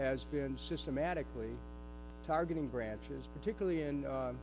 has been systematically targeting branches particularly